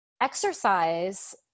exercise